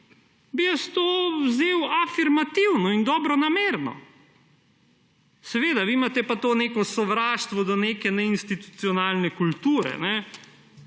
bi jaz to vzel afirmativno in dobronamerno. Seveda, vi imate pa neko sovraštvo do neke neinstitucionalne kulture.